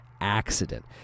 accident